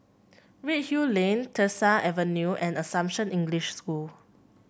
Redhill Lane Tyersall Avenue and Assumption English School